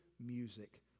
music